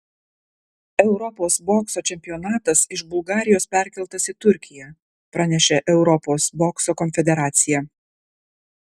europos bokso čempionatas iš bulgarijos perkeltas į turkiją pranešė europos bokso konfederacija